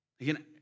Again